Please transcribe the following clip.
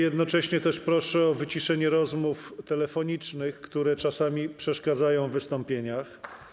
Jednocześnie proszę o wyciszenie rozmów telefonicznych, które czasami przeszkadzają w wystąpieniach.